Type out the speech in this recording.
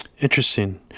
Interesting